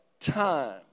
time